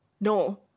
no